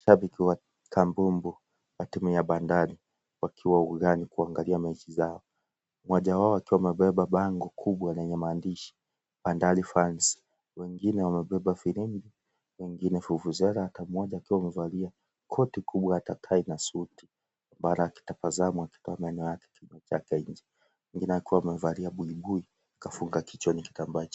Mashabiki wa kambumbu wa timu ya bandari wakiwa ugani kuangalia mechi zao. Mmoja wao akiwa amebeba bango kubwa lenye maandishi bandari fans . Wengine wamebeba firimbi, wengine vuvuzela , kamoja akiwa amevalia koti kubwa hata tai na suti mara akitabasamu akitoa meno yake nje, mwingine akiwa amevaa buibui kafunga kichwani kitambaa.